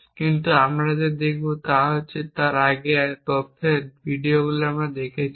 কিন্তু আমরা যা দেখব তা আমরা আগে তত্ত্বের ভিডিওগুলিতে দেখেছি